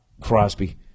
Crosby